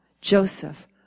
Joseph